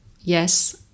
Yes